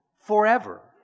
Forever